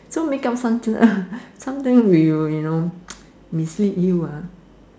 so make up some~ uh some times will you know mislead you ah